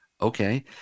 okay